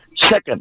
Second